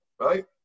Right